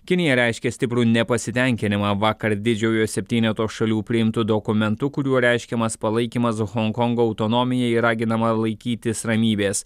kinija reiškė stiprų nepasitenkinimą vakar didžiojo septyneto šalių priimtu dokumentu kuriuo reiškiamas palaikymas honkongo autonomijai raginama laikytis ramybės